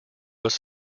was